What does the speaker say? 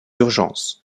urgences